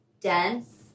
dense